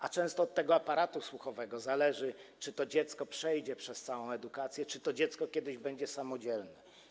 A często od tego aparatu słuchowego zależy, czy to dziecko przejdzie kolejne etapy edukacji, czy to dziecko kiedyś będzie samodzielne.